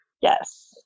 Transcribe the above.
Yes